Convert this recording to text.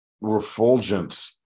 refulgent